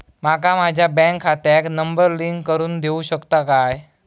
माका माझ्या बँक खात्याक नंबर लिंक करून देऊ शकता काय?